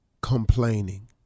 complaining